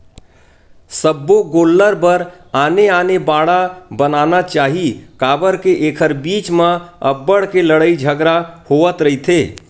सब्बो गोल्लर बर आने आने बाड़ा बनाना चाही काबर के एखर बीच म अब्बड़ के लड़ई झगरा होवत रहिथे